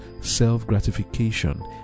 self-gratification